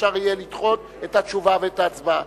אפשר יהיה לדחות את התשובה ואת ההצבעה.